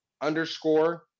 underscore